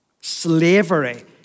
slavery